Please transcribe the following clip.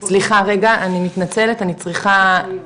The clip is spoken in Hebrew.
סליחה רגע, אני מתנצלת אני צריכה, סליחה,